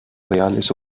reales